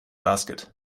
basket